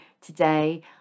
today